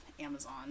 Amazon